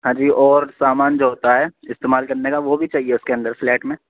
ہاں جی اور سامان جو ہوتا ہے استعمال کرنے کا وہ بھی چاہیے اس کے اندر فلیٹ میں